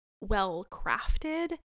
well-crafted